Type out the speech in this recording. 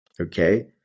okay